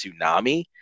Tsunami